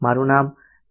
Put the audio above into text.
મારું નામ ડો